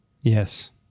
Yes